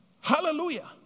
Hallelujah